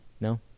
No